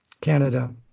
Canada